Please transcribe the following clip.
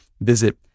visit